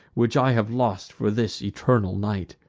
which i have lost for this eternal night!